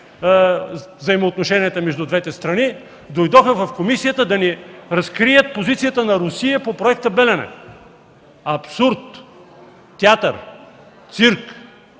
взаимоотношенията между двете страни, които дойдоха в комисията, за да ни разкрият позицията на Русия по проекта „Белене”. Абсурд, театър, цирк,